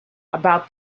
about